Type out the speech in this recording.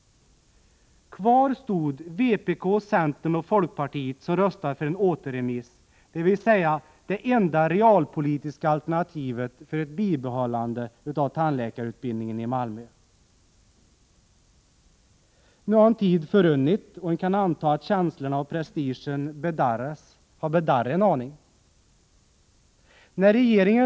Kvar stod vpk, centern och folkpartiet, som röstade för en återremiss, dvs. det enda realpolitiska alternativet för ett bibehållande av tandläkarutbildningen i Malmö. Nu har en tid förrunnit, och vi kan anta att känslostormen har bedarrat och prestigen minskat en aning.